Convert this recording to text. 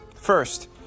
first